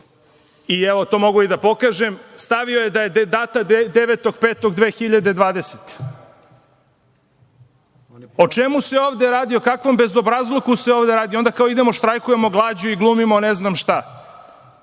i evo to mogu i da pokažem, stavio je da je data 9. maja 2020. godine.O čemu se ovde radi? O kakvom bezobrazluku se ovde radi? Onda kao idemo i štrajkujemo glađu i glumimo, ne znam šta.